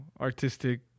artistic